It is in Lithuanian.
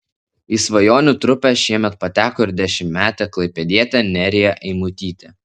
į svajonių trupę šiemet pateko ir dešimtmetė klaipėdietė nerija eimutytė